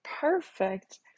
perfect